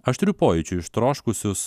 aštrių pojūčių ištroškusius